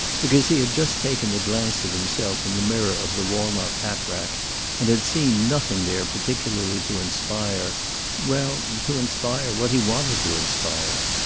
because he had just taken a glance at himself in the mirror of the walnut hat-rack, and had seen nothing there particularly to inspire well, to inspire what he wanted to inspire.